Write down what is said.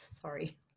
sorry